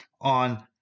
on